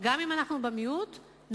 על איזו הסתייגות אתה